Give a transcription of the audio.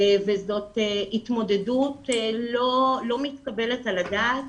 וזאת התמודדות לא מתקבלת על הדעת